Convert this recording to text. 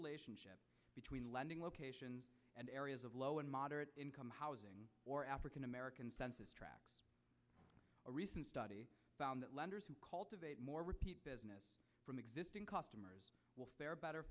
relationship between lending locations and areas of low and moderate income housing or african americans a recent study found that lenders who cultivate more repeat business from existing customers will fare better